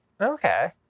Okay